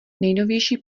nejnovější